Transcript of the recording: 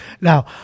Now